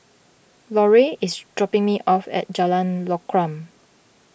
Larae is dropping me off at Jalan Lokam